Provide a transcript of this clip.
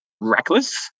reckless